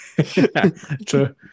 True